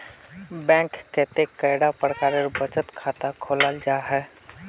Bank कतेक कैडा प्रकारेर बचत खाता खोलाल जाहा जाहा?